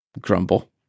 grumble